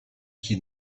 qu’il